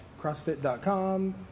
CrossFit.com